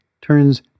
turns